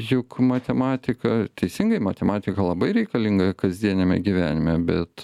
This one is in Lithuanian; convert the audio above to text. juk matematika teisingai matematika labai reikalinga kasdieniame gyvenime bet